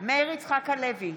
מאיר יצחק הלוי,